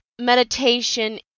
meditation